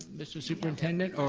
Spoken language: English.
mr. superintendent,